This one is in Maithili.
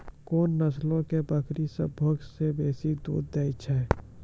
कोन नस्लो के बकरी सभ्भे से बेसी दूध दै छै?